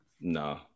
no